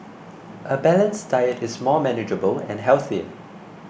a balanced diet is much more manageable and healthier